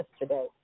yesterday